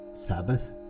Sabbath